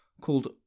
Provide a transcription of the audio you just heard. called